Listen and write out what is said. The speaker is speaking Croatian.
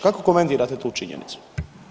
Kako komentirate tu činjenicu?